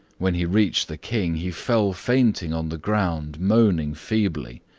when he reached the king, he fell fainting on the ground moaning feebly.